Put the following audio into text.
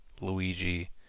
Luigi